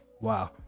wow